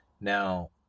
Now